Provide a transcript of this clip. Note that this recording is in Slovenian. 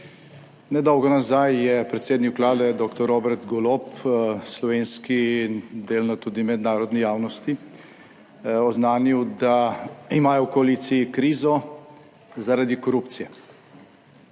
Nedolgo nazaj je predsednik Vlade dr. Robert Golob slovenski in delno tudi mednarodni javnosti oznanil, da imajo v koaliciji krizo zaradi korupcije.